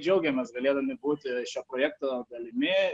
džiaugėmės galėdami būti šio projekto dalimi